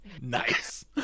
Nice